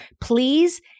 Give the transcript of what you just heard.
Please